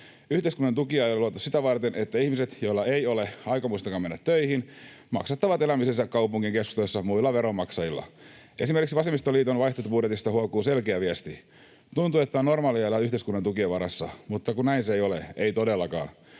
Yhteiskunnan tukia ei ole luotu sitä varten, että ihmiset, joilla ei ole aikomustakaan mennä töihin, maksattavat elämisensä kaupungin keskustoissa muilla veronmaksajilla. Esimerkiksi vasemmistoliiton vaihtoehtobudjetista huokuu selkeä viesti. Tuntuu, että on normaalia elää yhteiskunnan tukien varassa, mutta kun näin se ei ole, ei todellakaan.